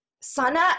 Sana